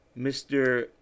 Mr